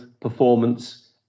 performance